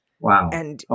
Wow